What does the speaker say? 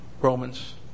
Romans